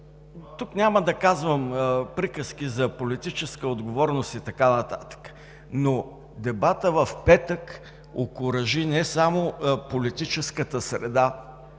тук няма да казвам приказки за политическа отговорност и така нататък, но дебатът в петък окуражи не само политическата среда,